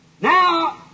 Now